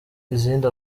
izindi